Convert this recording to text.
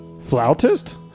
Flautist